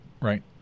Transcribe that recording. Right